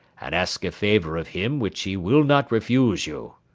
and ask a favour of him which he will not refuse you.